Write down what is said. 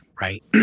right